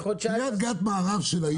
קריית גת מערב של היום,